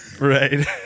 Right